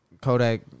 Kodak